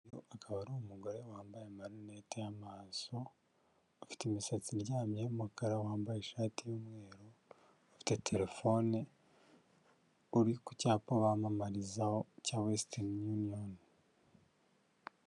Akaba ari umugore wambaye amarineti y'amaso, ufite imisatsi iryamye y'umukara, wambaye ishati y'umweru, ufite telefone, uri ku cyapa bamamarizaho cya Western Union.